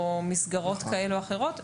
או מסגרות כאלה ואחרות,